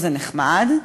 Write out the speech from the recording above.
זה נחמד,